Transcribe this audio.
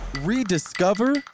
rediscover